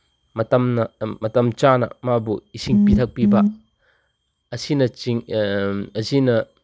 ꯃꯇꯝꯅ ꯃꯇꯝ ꯆꯥꯅ ꯃꯥꯕꯨ ꯏꯁꯤꯡ ꯄꯤꯊꯛꯄꯤꯕ ꯑꯁꯤꯅꯆꯤꯡ ꯑꯁꯤꯅ